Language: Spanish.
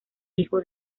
hijo